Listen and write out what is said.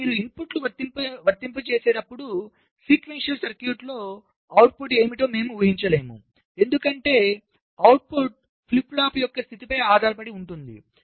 ఇప్పుడు మీరు ఇన్పుట్ను వర్తించేటప్పుడు సీక్వెన్షియల్ సర్క్యూట్లో అవుట్పుట్ ఏమిటో మేము ఊహించలేము ఎందుకంటే అవుట్పుట్ ఫ్లిప్ ఫ్లాప్స్ యొక్క ఈ స్థితిపై ఆధారపడి ఉంటుంది